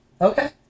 Okay